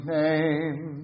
name